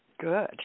Good